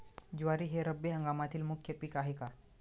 ज्वारी हे रब्बी हंगामातील मुख्य पीक आहे का?